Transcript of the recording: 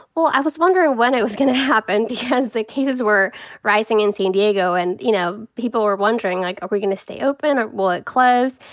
well, i was wonderin' when it was gonna happen. because the cases were rising in san diego. and, you know, people were wondering like, are we gonna stay open? or will it close?